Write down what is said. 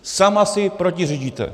Sama si protiřečíte.